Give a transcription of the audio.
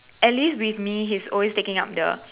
at least with me he's always taking up the